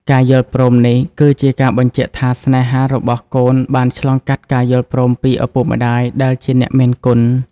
ការយល់ព្រមនេះគឺជាការបញ្ជាក់ថា ស្នេហារបស់កូនបានឆ្លងកាត់ការយល់ព្រមពីឪពុកម្ដាយដែលជាអ្នកមានគុណ។